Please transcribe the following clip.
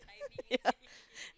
yeah